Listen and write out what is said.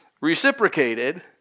reciprocated